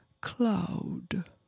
cloud